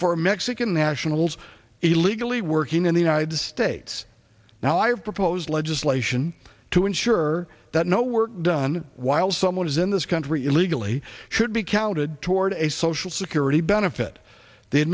for mexican nationals illegally working in the united states now i've proposed legislation to ensure that no work done while someone is in this country illegally should be counted toward a social security benefit the